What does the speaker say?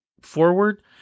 forward